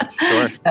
Sure